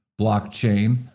Blockchain